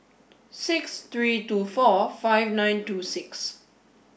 six three two four five nine two six